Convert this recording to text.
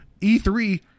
E3